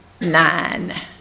nine